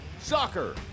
Soccer